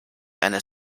eine